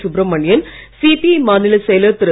Subramanian CPI மாநிலச் செயலர் திரு